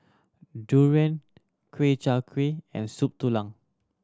durian Ku Chai Kuih and Soup Tulang